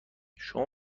شما